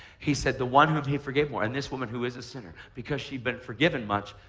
he said the one who he forgave more, and this woman who is a sinner, because she'd been forgiven much,